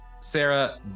Sarah